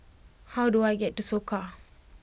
how do I get to Soka